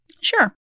Sure